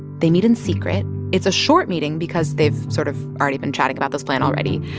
they meet in secret. it's a short meeting because they've sort of already been chatting about this plan already.